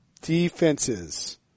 defenses